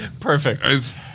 perfect